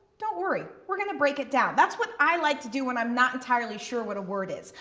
don't worry, we're gonna break it down. that's what i like to do when i'm not entirely sure what a word is.